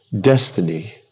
destiny